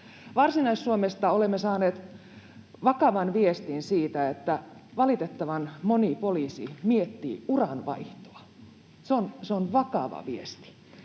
Varsinais-Suomesta olemme saaneet vakavan viestin siitä, että valitettavan moni poliisi miettii uran vaihtoa. Se on vakava viesti.